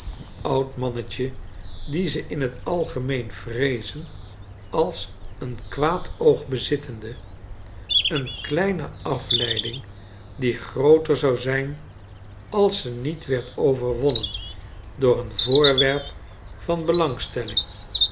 oud mannetje dien zeinhet algemeen vreezen als een kwaad oog bezittende l eene kleine afleiding die grooter zou zijn als ze niet werd overwonnen door een voorwerp van belangstelling